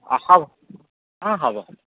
অঁ হ'ব অঁ হ'ব হ'ব